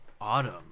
autumn